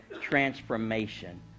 transformation